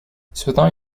cependant